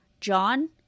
John